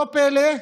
לא פלא,